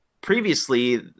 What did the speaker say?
Previously